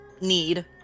need